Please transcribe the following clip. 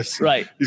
right